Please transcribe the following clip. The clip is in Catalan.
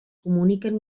comuniquen